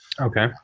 okay